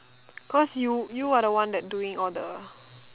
cause you you are the one that doing all the